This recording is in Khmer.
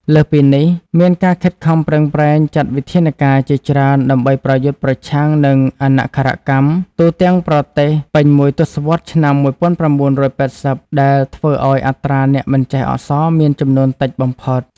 លើសពីនេះ មានការខិតខំប្រឹងប្រែងចាត់វិធានការជាច្រើនដើម្បីប្រយុទ្ធប្រឆាំងនឹងអនក្ខរកម្មទូទាំងប្រទេសពេញមួយទសវត្សរ៍ឆ្នាំ១៩៨០ ដែលធ្វើឱ្យអត្រាអ្នកមិនចេះអក្សរមានចំនួនតិចបំផុត។